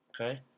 okay